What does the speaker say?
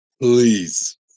please